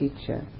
teacher